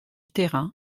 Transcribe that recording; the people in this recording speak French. terrain